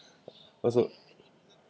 what's up